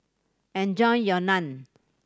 enjoy your Naan